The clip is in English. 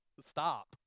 stop